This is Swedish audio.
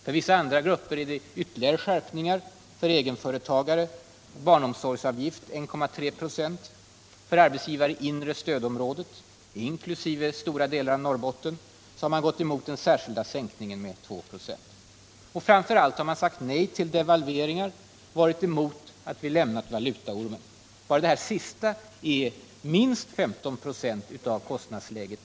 För vissa andra grupper har oppositionen föreslagit ytterligare skärpningar: för egenföretagare en barnomsorgsavgift på 1,3 96. För arbetsgivare i inre stödområdet inklusive stora delar av Norrbotten har man gått emot den särskilda sänkningen med 2 96. Och framför allt har man sagt nej till devalveringar och varit emot att vi har lämnat valutaormen. Bara detta senaste utgör minst 15 96 av kostnadsläget.